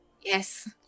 yes